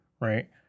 right